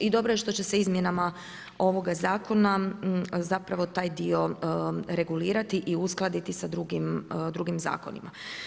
I dobro je što će se izmjenama ovoga Zakona zapravo taj dio regulirati i uskladiti sa drugim zakonima.